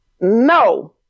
no